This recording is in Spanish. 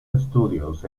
estudios